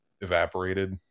evaporated